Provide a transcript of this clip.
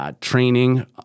Training